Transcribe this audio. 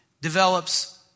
develops